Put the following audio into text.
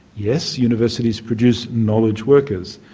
yes, universities produce knowledge workers.